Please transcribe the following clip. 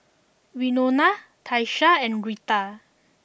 Winona Tyesha and Rheta